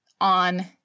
on –